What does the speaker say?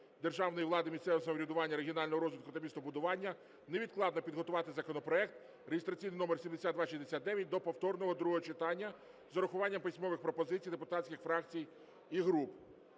державної влади, місцевого самоврядування, регіонального розвитку та містобудування невідкладно підготувати законопроект реєстраційний номер 7269 до повторного другого читання з урахуванням письмових пропозицій депутатських фракцій і груп